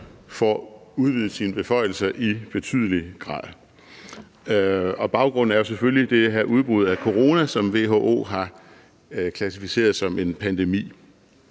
får udvidet sine beføjelser i betydelig grad. Baggrunden er jo selvfølgelig det her udbrud af corona, som WHO har klassificeret som en pandemi.